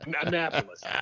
Annapolis